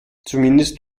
zumindest